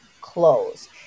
clothes